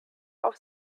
auf